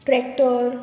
tractor